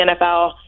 NFL